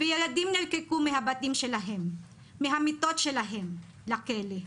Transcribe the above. וילדים נלקחו מהבתים שלהם, מהמיטות שלהם, לכלא.